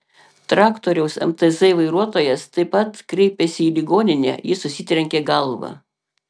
traktoriaus mtz vairuotojas taip pat kreipėsi į ligoninę jis susitrenkė galvą